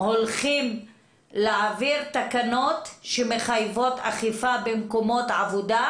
שהולכים להעביר תקנות שמחייבות אכיפה במקומות עבודה,